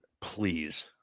please